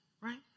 right